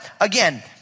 again